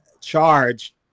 charge